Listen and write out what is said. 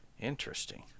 Interesting